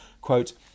Quote